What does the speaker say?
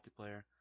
multiplayer